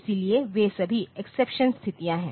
इसलिए वे सभी एक्सेप्शन स्थितियां हैं